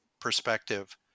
perspective